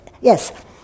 Yes